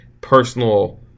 personal